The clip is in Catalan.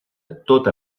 tota